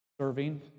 serving